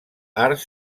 arts